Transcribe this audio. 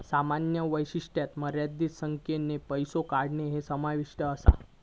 सामान्य वैशिष्ट्यांत मर्यादित संख्येन पैसो काढणा समाविष्ट असा